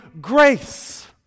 grace